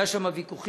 והיו שם ויכוחים,